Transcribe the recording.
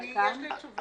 לכן